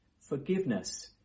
forgiveness